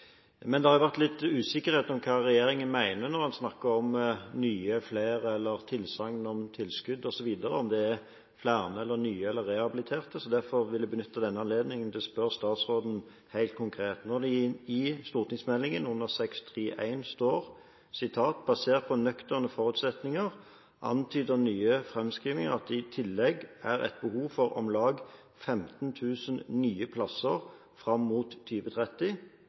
Men det har vært litt usikkerhet om hva regjeringen mener når den snakker om nye plasser, flere plasser eller tilsagn om tilskudd osv. – om det er flere eller nye eller rehabiliterte. Derfor vil jeg benytte denne anledningen til å spørre statsråden helt konkret: Når det i stortingsmeldingen under kapittel 6.3.1 står: «Basert på nøkterne forutsetninger antyder nye framskrivninger at det i tillegg er et behov for om lag 15 000 nye plasser fram mot